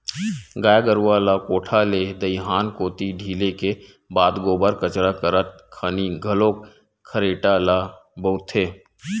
गाय गरुवा ल कोठा ले दईहान कोती ढिले के बाद गोबर कचरा करत खानी घलोक खरेटा ल बउरथे